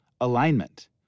alignment